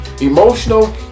emotional